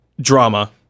drama